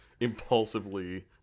impulsively